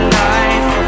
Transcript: life